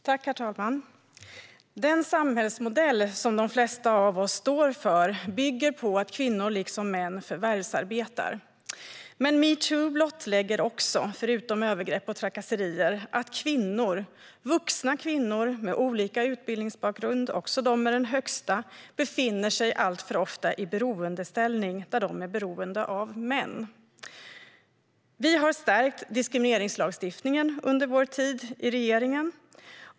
Herr talman! Den samhällsmodell som de flesta av oss står för bygger på att kvinnor liksom män förvärvsarbetar. Men metoo blottlägger, förutom övergrepp och trakasserier, att kvinnor - vuxna kvinnor med olika utbildningsbakgrund, också de med den högsta - alltför ofta befinner sig i beroendeställning, där de är beroende av män. Vi har stärkt diskrimineringslagstiftningen under vår tid i regeringen.